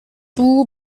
duo